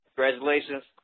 Congratulations